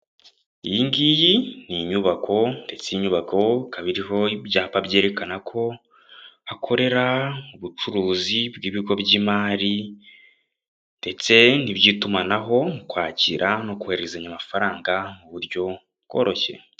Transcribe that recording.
Iyi ngiyi ni inyubako ndetse inyubako ikaba iriho ibyapa byerekana ko hakorera ubucuruzi bw'ibigo by'imari ndetse n'iby'itumanaho mu kwakira no kohererezanya amafaranga mu buryo bworoshye.